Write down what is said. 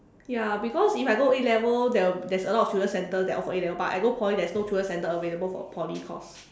ya because if I go A-level there will there's a lot of tuition centre that offer A-level but I go Poly there's no tuition centre available for Poly course